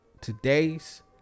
Today's